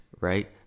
Right